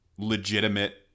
legitimate